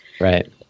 Right